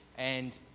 and,